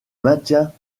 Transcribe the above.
maintien